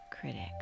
critics